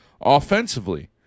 offensively